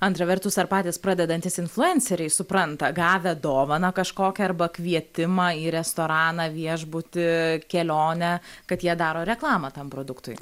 antra vertus ar patys pradedantys influenceriai supranta gavę dovaną kažkokią arba kvietimą į restoraną viešbutį kelionę kad jie daro reklamą tam produktui